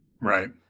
Right